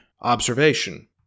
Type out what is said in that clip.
observation